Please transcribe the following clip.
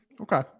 Okay